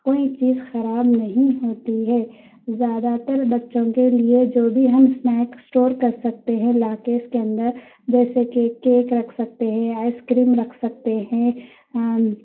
کوئی چیز خراب نہیں ہوتی ہے زیادہ تر بچّوں کے لیے جو بھی ہم اسنیک اسٹور کر سکتے ہیں لا کے اس کے اندر جیسے کہ کیک رکھ سکتے ہیں آئس کریم رکھ سکتے ہیں